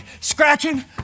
scratching